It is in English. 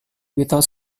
without